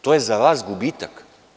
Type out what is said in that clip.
To je za vas gubitak?